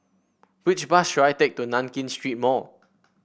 which bus should I take to Nankin Street Mall